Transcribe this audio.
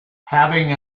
having